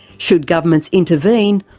should governments intervene,